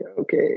okay